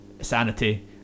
sanity